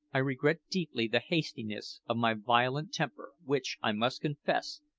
i regret deeply the hastiness of my violent temper, which, i must confess,